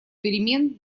перемен